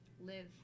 live